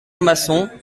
masson